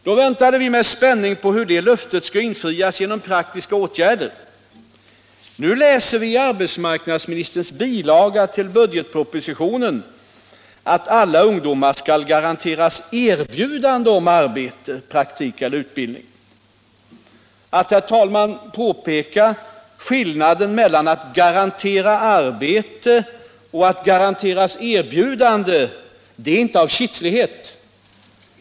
Vi väntade med spänning på hur detta löfte skulle infrias genom praktiska åtgärder. Nu läser vi i arbetsmarknadsministerns bilaga till budgetpropositionen att alla ungdomar skall garanteras erbjudande om arbete, praktik eller utbildning. Att, herr talman, påpeka skillnaden mellan att garantera arbete och att garanteras erbjudande är inte kitslighet.